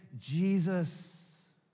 Jesus